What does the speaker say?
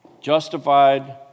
Justified